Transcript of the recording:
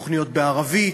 תוכניות בערבית,